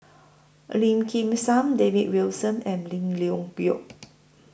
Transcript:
Lim Kim San David Wilson and Lim Leong Geok